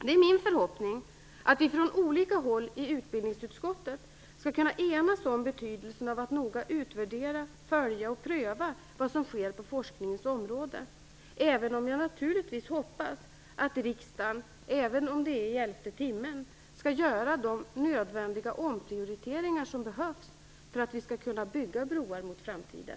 Det är min förhoppning att vi från olika håll i utbildningsutskottet skall kunna enas om betydelsen av att noga utvärdera, följa och pröva vad som sker på forskningens område, även om jag naturligtvis hoppas att riksdagen, även om det är i elfte timmen, skall göra de nödvändiga omprioriteringar som behövs för att vi skall kunna bygga broar för framtiden.